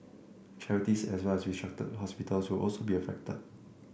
charities as well as restructured hospitals will also be affected